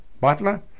Butler